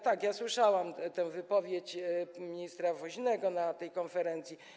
Tak, słyszałam tę wypowiedź ministra Woźnego na tej konferencji.